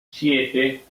siete